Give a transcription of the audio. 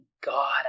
God